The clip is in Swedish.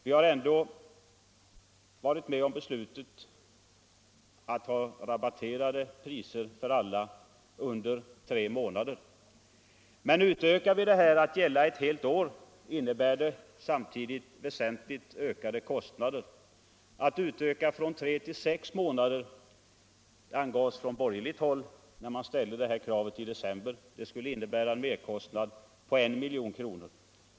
Vi har varit med om beslutet att ha rabatterade priser för alla under tre månader, men ett beslut att dessa rabatterade priser skall gälla ett helt år innebär väsentligt ökade kostnader. När man från borgerligt håll förra året krävde att de rabatterade priserna skulle gälla under sex månader i stället för under tre månader uppgavs att det skulle innebära en merkostnad på 1 milj.kr.